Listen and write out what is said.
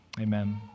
Amen